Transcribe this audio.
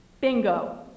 Bingo